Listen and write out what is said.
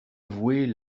avouer